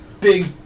big